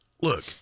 look